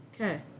Okay